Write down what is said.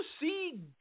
see